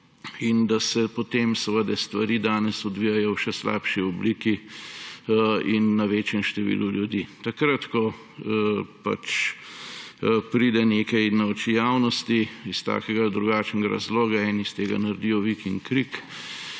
in da se potem stvari danes odvijajo v še slabši obliki in na večjem številu ljudi. Takrat ko pride nekaj na oči javnosti iz takega ali drugačnega razloga, eni iz tega naredijo vik in krik,